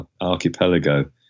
archipelago